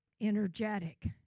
energetic